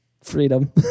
freedom